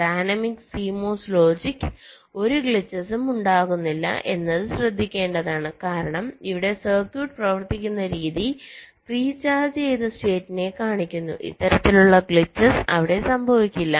dynamic CMOS logic ഒരു ഗ്ലിച്ചസും ഉണ്ടാക്കുന്നില്ല എന്നത് ശ്രദ്ധിക്കേണ്ടതാണ് കാരണം ഇവിടെ സർക്യൂട്ട് പ്രവർത്തിക്കുന്ന രീതി പ്രീ ചാർജ് ചെയ്ത് സ്റ്റേറ്റിനെ കണക്കാക്കുന്നു ഇത്തരത്തിലുള്ള ഗ്ലിച്ചസ് അവിടെ സംഭവിക്കില്ല